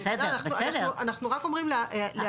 אנחנו רק אומרים להיערך,